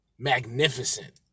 magnificent